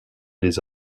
les